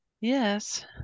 Yes